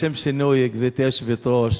לשם שינוי, גברתי היושבת-ראש,